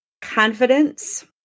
confidence